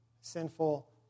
sinful